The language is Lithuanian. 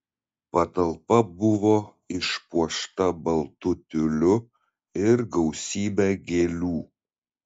patalpa buvo išpuošta baltu tiuliu ir gausybe gėlių